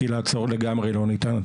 כי לעצור לגמרי לא ניתן.